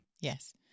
Yes